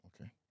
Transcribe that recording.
Okay